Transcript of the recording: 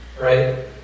right